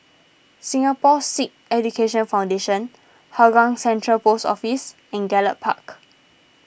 Singapore Sikh Education Foundation Hougang Central Post Office and Gallop Park